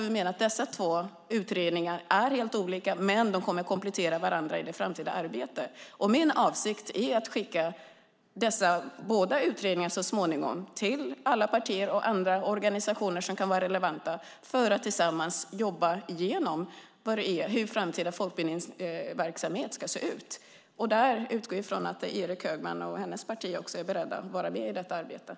Vi menar att dessa två utredningar är helt olika, men de kommer att komplettera varandra i det framtida arbetet. Min avsikt är att så småningom skicka båda utredningarna till partierna och andra relevanta organisationer för att tillsammans jobba igenom hur framtida folkbildningsverksamhet ska se ut. Där utgår jag från att Berit Högman och hennes parti är beredda att vara med i arbetet.